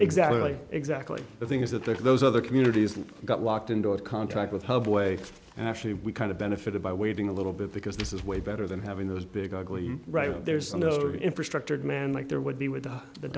exactly exactly the thing is that there are those other communities and got locked into a contract with hub way and actually we kind of benefited by waiting a little bit because this is way better than having those big ugly right there's a lot of infrastructure demand like there would be with the